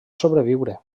sobreviure